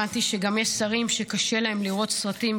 הבנתי שגם יש שרים שקשה להם לראות סרטים,